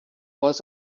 was